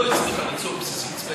לא מצליחה להתבסס בסוריה,